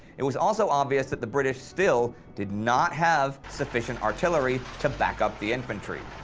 it was also obvious that the british still did not have sufficient artillery to back up the infantry.